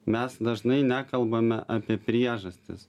mes dažnai nekalbame apie priežastis